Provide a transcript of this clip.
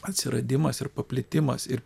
atsiradimas ir paplitimas ir